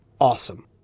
awesome